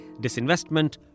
disinvestment